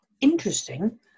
interesting